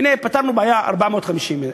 הנה, פתרנו בעיה, 450 איש.